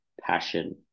passion